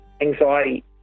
anxiety